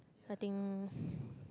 nothing